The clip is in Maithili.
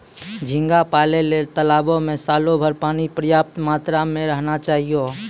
झींगा पालय ल तालाबो में सालोभर पानी पर्याप्त मात्रा में रहना चाहियो